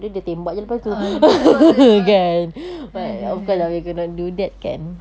ah lepas tu ah faham aduhai